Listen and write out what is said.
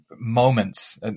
moments